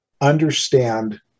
understand